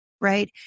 right